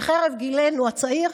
וחרף גילנו הצעיר,